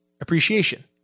appreciation